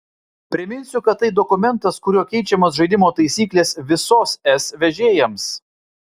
priminsiu kad tai dokumentas kuriuo keičiamos žaidimo taisyklės visos es vežėjams